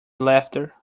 laughter